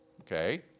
Okay